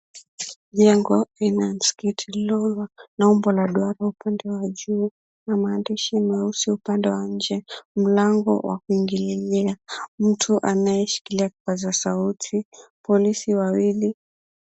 Jengo aina ya msikiti lililo na umbo la duara upande wa juu, na maandishi meusi upande wa nje, mlango wakuingililia, mtu anayeshika kipaza sauti, polisi wawili.